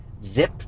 zip